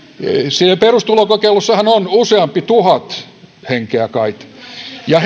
siinä perustulokokeilussahan on useampi tuhat henkeä kait ja